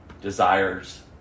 desires